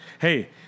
Hey